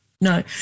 no